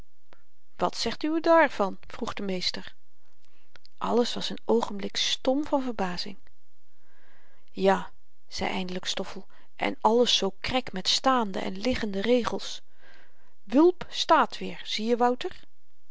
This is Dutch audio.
wat zegt uwe dààr van vroeg de meester alles was n oogenblik stom van verbazing ja zei eindelyk stoffel en alles zoo krek met staande en liggende regels wulp stààt weer zieje wouter